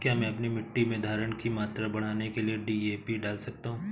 क्या मैं अपनी मिट्टी में धारण की मात्रा बढ़ाने के लिए डी.ए.पी डाल सकता हूँ?